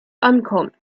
ankommt